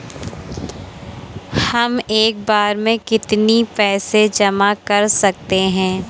हम एक बार में कितनी पैसे जमा कर सकते हैं?